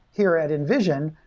here at invision,